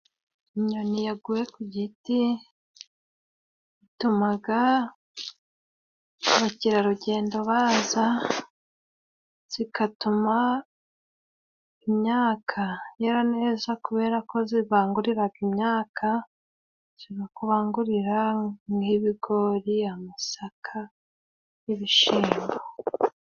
Inyoni yaguye ku giti ituma abakerarugendo baza, zigatuma imyaka yera neza kubera ko zibangurira imyaka. Zishobora kubangurira nk'ibigori, amasaka n'ibishyimbo.